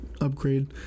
upgrade